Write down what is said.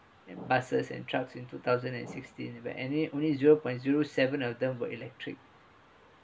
and buses and trucks in two thousand and sixteen where any only zero point zero seven of them were electric